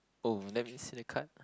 oh let me see the card